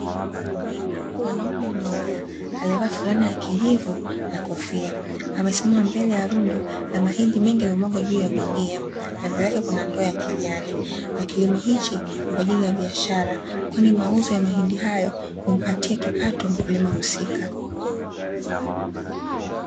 Mwanaume mmoja aliyevaa fulana ya kijivu na kofia, amesimama mbele ya rundo la mahindi mengi yaliyomwagwa juu ya gunia. Na mbele yake kuna ndoo ya kijani. Na kilimo hichi ni kwa ajili ya biashara, kwani mauzo ya mahindi hayo humpatia kipato mkulima husika.